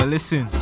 Listen